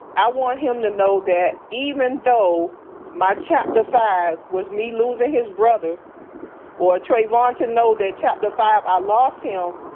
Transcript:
i want him to know that even though my chapter five was me losing his brother or trayvon to know that chapter five i lost him,